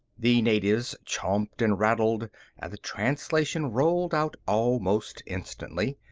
the natives chomped and rattled and the translation rolled out almost instantly.